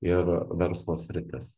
ir verslo sritis